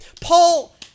paul